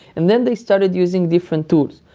and then they started using different tools.